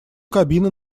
кабина